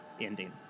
ending